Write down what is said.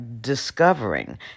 discovering